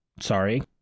sorry